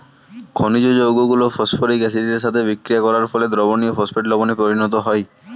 খনিজ যৌগগুলো ফসফরিক অ্যাসিডের সাথে বিক্রিয়া করার ফলে দ্রবণীয় ফসফেট লবণে পরিণত হয়